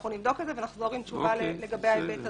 אנחנו נבדוק את זה ונחזור עם תשובה לגבי ההיבט הזה.